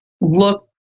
look